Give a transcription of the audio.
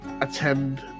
attend